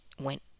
went